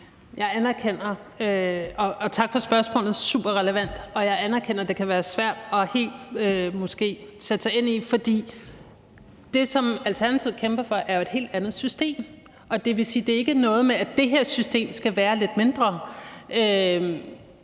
Rosenkilde (ALT): Tak for spørgsmålet, det er superrelevant, og jeg anerkender, at det måske kan være svært helt at sætte sig ind i det. For det, som Alternativet kæmper for, er jo et helt andet system, og det vil sige, at det ikke er noget med, at det her system skal være lidt mindre.